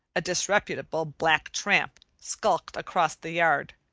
a disreputable black tramp, skulked across the yard.